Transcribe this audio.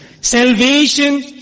Salvation